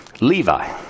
Levi